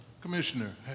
Commissioner